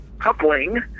coupling